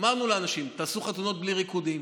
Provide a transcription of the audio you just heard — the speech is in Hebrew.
אמרנו לאנשים: תעשו חתונות בלי ריקודים.